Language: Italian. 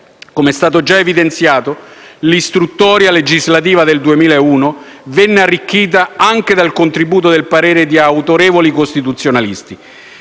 Come è stato già evidenziato, l'istruttoria legislativa del 2001 venne arricchita anche dal contributo del parere di autorevoli costituzionalisti